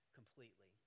completely